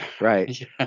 right